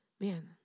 man